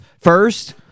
First